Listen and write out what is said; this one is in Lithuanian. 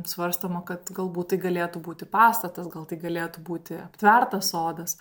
svarstoma kad galbūt tai galėtų būti pastatas gal tai galėtų būti aptvertas sodas